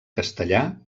castellà